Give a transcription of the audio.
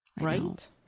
Right